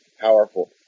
powerful